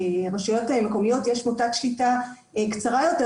שלרשויות מקומיות יש מוטת שליטה קצרה יותר,